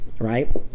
Right